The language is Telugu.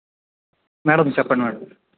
మ్యాడమ్ చెప్పండి మ్యాడమ్